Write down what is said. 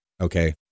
okay